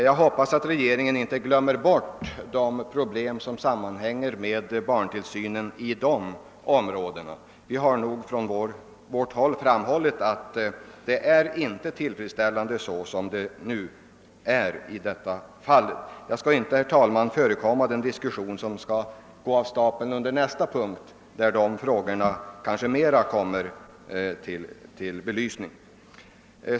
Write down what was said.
Jag hoppas att regeringen inte glömmer bort de problem som sammanhänger med barntillsynen i dessa områden. Från vårt håll har vi framhållit att det inte är tillfredsställande för närvarande. Jag skall, herr talman, inte förekomma den diskussion som kommer att föras då vi behandlar nästa punkt och i samband med vilken dessa frågor kanske mera kommer upp till belysning.